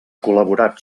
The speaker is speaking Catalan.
col·laborat